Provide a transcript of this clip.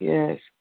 Yes